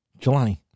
Jelani